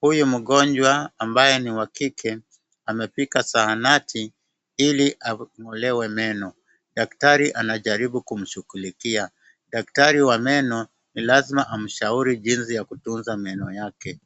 Huyu mgonjwa ambaye ni wa kike amefika zahanati ili ang'olwe meno. Daktari anajaribu kumshughulikia. Daktari wa meno ni lazima amshauri jinsi ya kutunza meno yake.